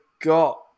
got